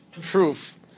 proof